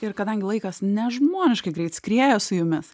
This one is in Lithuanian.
ir kadangi laikas nežmoniškai greit skrieja su jumis